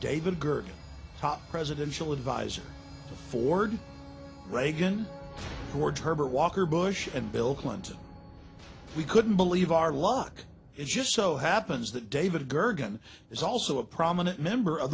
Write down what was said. david gergen top presidential advisor to ford reagan george herbert walker bush and bill clinton we couldn't believe our luck is just so happens that david gergen is also a prominent member of